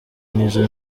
n’izo